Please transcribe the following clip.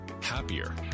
happier